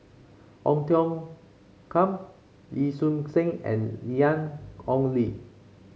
Ong Tiong Khiam Wee Choon Seng and Ian Ong Li